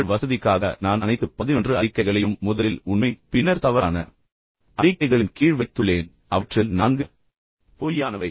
உங்கள் வசதிக்காக நான் அனைத்து 11 அறிக்கைகளையும் முதலில் உண்மை மற்றும் பின்னர் தவறான அறிக்கைகளின் கீழ் வைத்துள்ளேன் அவற்றில் 4 பொய்யானவை